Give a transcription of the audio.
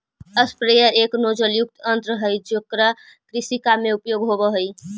sprayer एक नोजलयुक्त यन्त्र हई जेकरा कृषि काम में उपयोग होवऽ हई